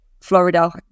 Florida